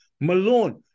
Malone